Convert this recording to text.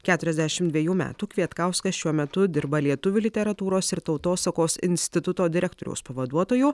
keturiasdešim dvejų metų kvietkauskas šiuo metu dirba lietuvių literatūros ir tautosakos instituto direktoriaus pavaduotoju